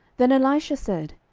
then elisha said,